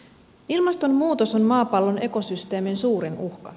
ilmastonmuutos on maapallon ekosysteemin suurin uhka